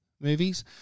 movies